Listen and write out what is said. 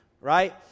right